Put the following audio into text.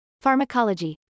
Pharmacology